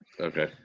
Okay